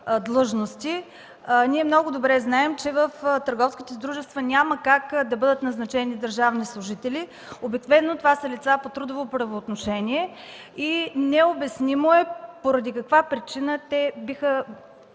длъжности. Ние много добре знаем, че в търговските дружества няма как да бъдат назначени държавни служители, обикновено това са лица по трудово правоотношение и е необяснимо поради каква причина те биха